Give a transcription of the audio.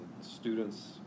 students